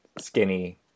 skinny